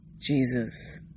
Jesus